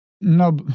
No